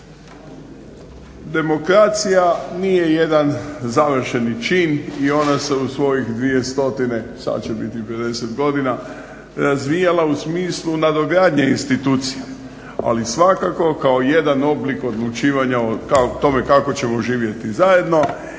Demokracija nije jedan završeni čin i ona se u svojih 200, sad će biti … godina razvijala u smislu nadogradnje institucija, ali svakako kao jedan oblik odlučivanja o tome kako ćemo živjeti zajedno